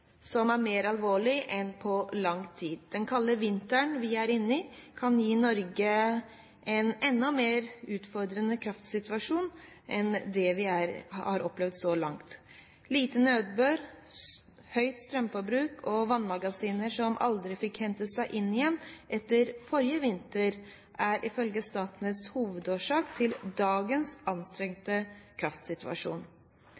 som er mer alvorlig enn på lang tid. Den kalde vinteren vi er inne i, kan gi Norge en enda mer utfordrende kraftsituasjon enn det vi har opplevd så langt. Lite nedbør, høyt strømforbruk og vannmagasiner som aldri fikk hentet seg inn igjen etter forrige vinter, er ifølge Statnett hovedårsaken til dagens